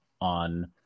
on